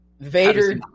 Vader